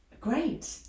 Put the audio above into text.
great